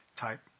type